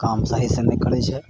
काम सही से नहि करै छै